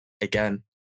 again